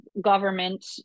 government